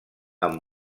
amb